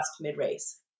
mid-race